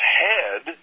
head